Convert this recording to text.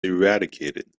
eradicated